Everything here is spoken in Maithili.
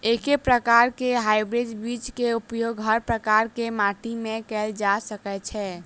एके प्रकार केँ हाइब्रिड बीज केँ उपयोग हर प्रकार केँ माटि मे कैल जा सकय छै?